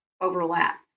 overlap